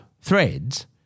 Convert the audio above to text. threads